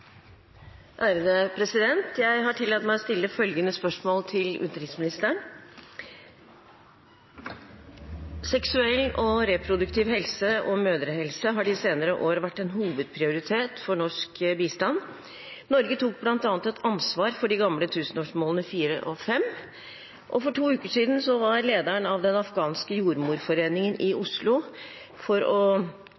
til utenriksministeren: «Seksuell og reproduktiv helse og mødrehelse har de senere år vært en hovedprioritet i norsk bistand. Norge tok bl.a. et ansvar for de gamle tusenårsmålene 4 og 5. For to uker siden var lederen av den afghanske jordmorforeningen i